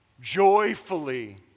joyfully